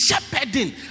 shepherding